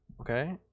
Okay